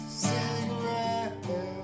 cigarette